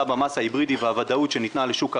במזה היברידי והוודאות שניתנה לשוק הרכב,